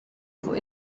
fuq